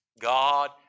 God